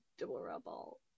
adorable